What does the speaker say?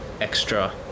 extra